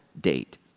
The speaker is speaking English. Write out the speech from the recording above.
date